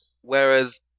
Whereas